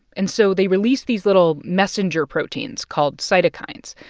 and so they release these little messenger proteins called cytokines.